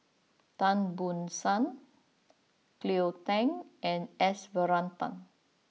Tan Ban Soon Cleo Thang and S Varathan